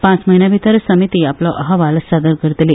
पाच म्हयन्यभीतर समिती आपलो अहवाल सादर करतली